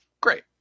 Great